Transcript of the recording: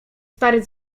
stary